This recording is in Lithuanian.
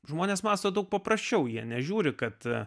žmonės mąsto daug paprasčiau jie nežiūri kad